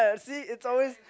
see it's always